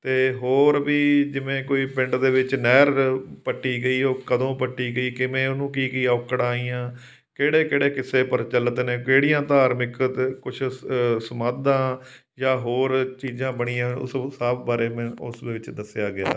ਅਤੇ ਹੋਰ ਵੀ ਜਿਵੇਂ ਕੋਈ ਪਿੰਡ ਦੇ ਵਿੱਚ ਨਹਿਰ ਪੱਟੀ ਗਈ ਉਹ ਕਦੋਂ ਪੱਟੀ ਗਈ ਕਿਵੇਂ ਉਹਨੂੰ ਕੀ ਕੀ ਔਕੜਾਂ ਆਈਆਂ ਕਿਹੜੇ ਕਿਹੜੇ ਕਿੱਸੇ ਪ੍ਰਚੱਲਿਤ ਨੇ ਕਿਹੜੀਆਂ ਧਾਰਮਿਕ ਕੁਝ ਸਮਾਧਾਂ ਜਾਂ ਹੋਰ ਚੀਜ਼ਾਂ ਬਣੀਆਂ ਉਸ ਸਭ ਬਾਰੇ ਮੈਂ ਉਸ ਦੇ ਵਿੱਚ ਦੱਸਿਆ ਗਿਆ ਹੈ